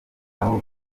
aho